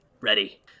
ready